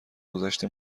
گذشت